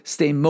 Stay